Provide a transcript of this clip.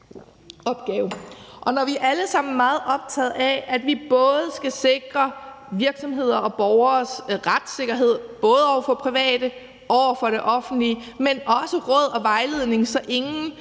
Når vi alle sammen er meget optaget af, at vi både skal sikre virksomheders og borgeres retssikkerhed, både over for private og over for det offentlige, men også råd og vejledning, så ingen,